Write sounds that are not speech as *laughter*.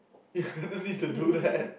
*breath* you don't even need to do that